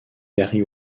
gary